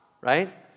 right